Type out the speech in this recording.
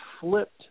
flipped